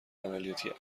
عملیاتی